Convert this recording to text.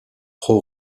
pro